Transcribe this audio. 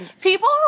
People